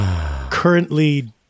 Currently